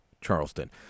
Charleston